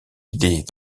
guidées